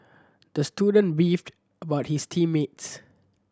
the student beefed about his team mates